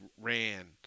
ran